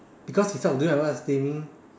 because instead of doing my work I was gaming